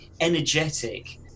energetic